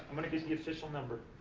i'm gonna give the official number.